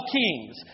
kings